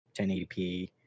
1080p